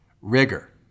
rigor